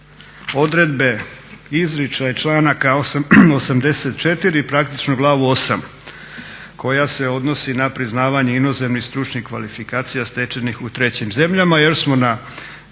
odredbe, izričaj članaka 84. praktično glavu VIII. koja se odnosi na priznavanje inozemnih stručnih kvalifikacija stečenih u trećim zemljama jer smo na